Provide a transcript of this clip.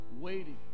waiting